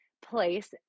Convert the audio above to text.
place